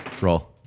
roll